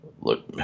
Look